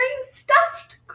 stuffed